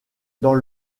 dans